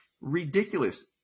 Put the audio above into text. ridiculous